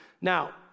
Now